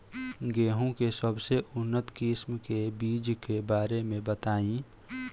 गेहूँ के सबसे उन्नत किस्म के बिज के बारे में बताई?